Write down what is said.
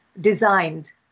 designed